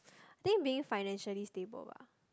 think being financially stable bah